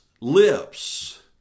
lips